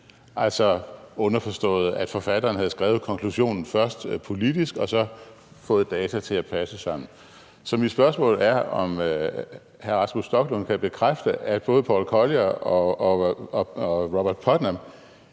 altså underforstået, at forfatteren havde skrevet konklusionen først politisk og så fået data til at passe sammen. Så mit spørgsmål er, om hr. Rasmus Stoklund kan bekræfte, at både Paul Collier og Robert Putnam